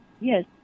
Yes